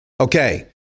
Okay